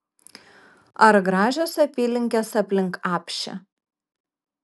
ar gražios apylinkės aplink apšę